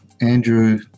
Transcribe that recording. Andrew